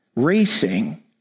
racing